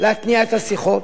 להתניע את השיחות,